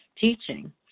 teaching